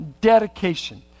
Dedication